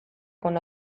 hona